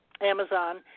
Amazon